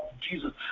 Jesus